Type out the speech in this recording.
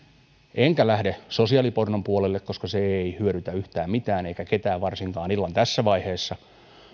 enkä lähde sosiaalipornon puolelle koska se ei hyödytä yhtään mitään eikä ketään varsinkaan illan tässä vaiheessa